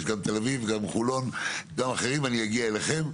יש גם מתל-אביב וגם מחולון וגם אחרים ואני אגיע אליכם.